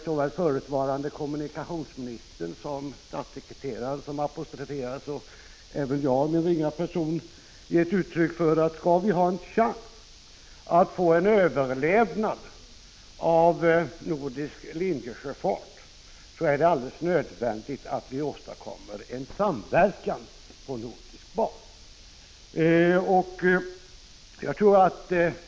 Såväl förutvarande kommunikationsministern som statssekreteraren, som apostroferades, och även jag i min ringhet har gett uttryck för den bestämda uppfattningen, att om nordisk linjesjöfart skall ha en chans att överleva är det alldeles nödvändigt att vi åstadkommer en samverkan på nordisk bas.